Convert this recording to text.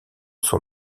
son